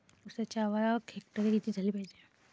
ऊसाची आवक हेक्टरी किती झाली पायजे?